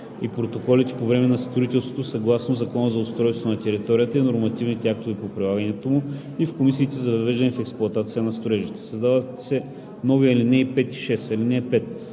и протоколи по време на строителството съгласно Закона за устройство на територията и нормативните актове по прилагането му, и в комисиите за въвеждане в експлоатация на строежите.“ 2. Създават се нови ал. 5 и 6: „(5)